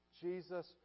Jesus